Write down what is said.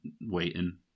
waiting